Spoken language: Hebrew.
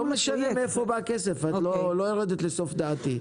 לא משנה מאיפה בא הכסף, את לא יורדת לסוף דעתי.